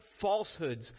falsehoods